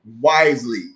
wisely